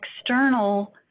external